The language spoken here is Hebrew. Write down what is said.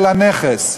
אלא נכס,